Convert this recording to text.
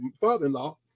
father-in-law